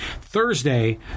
Thursday